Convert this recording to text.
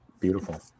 Beautiful